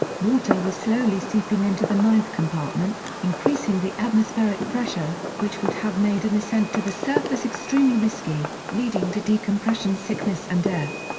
water was slowly seeping into the ninth compartment, increasing the atmospheric pressure, which would have made an ascent to the surface extremely risky, leading to decompression sickness and death.